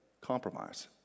compromise